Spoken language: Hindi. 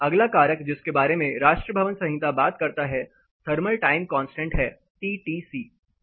अगला कारक जिसके बारे में राष्ट्रीय भवन संहिता बात करता है थर्मल टाइम कांस्टेंट है टीटीसी